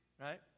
Right